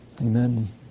amen